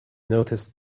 noticed